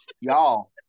y'all